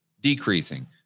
decreasing